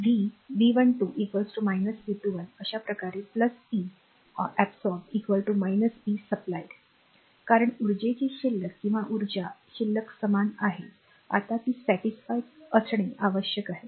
I12 I21 V V12 V21 अशा प्रकारे P absorbed P supplied पुरविली गेली आहे कारण उर्जेची शिल्लक किंवा उर्जा शिल्लक समान आहे आता ही satisfy असणे आवश्यक आहे